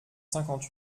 cinquante